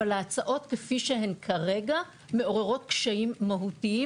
אבל ההצעות כפי שהן כרגע מעוררות קשיים מהותיים,